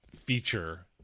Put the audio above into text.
feature